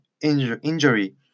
injury